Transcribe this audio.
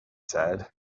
said